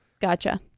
Gotcha